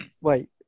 Wait